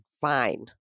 fine